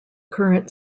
current